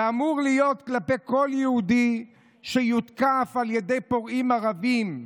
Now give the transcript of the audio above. זה אמור להיות כלפי כל יהודי שיותקף על ידי פורעים ערבים.